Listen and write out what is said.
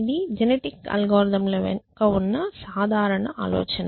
ఇది జెనెటిక్ అల్గోరిథంల వెనుక ఉన్న సాధారణ ఆలోచన